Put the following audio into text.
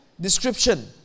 description